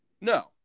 No